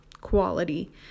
quality